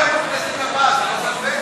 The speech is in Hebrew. זה הספק